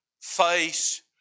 face